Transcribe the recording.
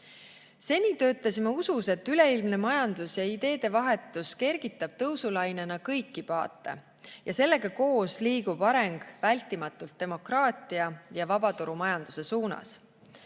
töötasime usus, et üleilmne majandus ja ideede vahetus kergitab tõusulainena kõiki paate ja sellega koos liigub areng vältimatult demokraatia ja vabaturumajanduse suunas.